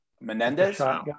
Menendez